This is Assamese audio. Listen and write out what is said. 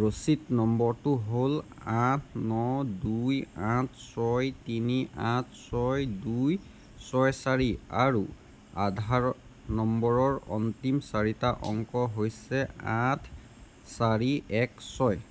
ৰচিদ নম্বৰটো হ'ল আঠ ন দুই আঠ ছয় তিনি আঠ ছয় দুই ছয় চাৰি আৰু আধাৰ নম্বৰৰ অন্তিম চাৰিটা অংক হৈছে আঠ চাৰি এক ছয়